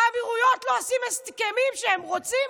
האמירויות לא עושים הסכמים שהם רוצים,